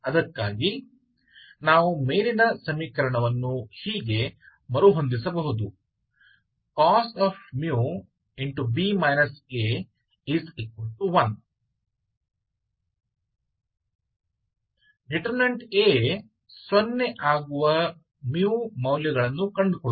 ಅದಕ್ಕಾಗಿ ನಾವು ಮೇಲಿನ ಸಮೀಕರಣವನ್ನು ಹೀಗೆ ಮರುಹೊಂದಿಸಬಹುದು cos 1 |A| ಸೊನ್ನೆ ಆಗುವ ಮೌಲ್ಯಗಳನ್ನು ಕಂಡುಕೊಳ್ಳೋಣ